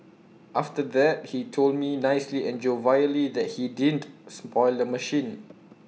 after that he told me nicely and jovially that he didn't spoil the machine